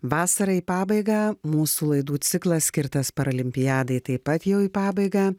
vasara į pabaigą mūsų laidų ciklas skirtas paralimpiadai taip pat jau į pabaigą